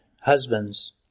Husbands